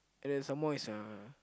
and then some more is the